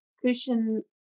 Christian